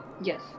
Yes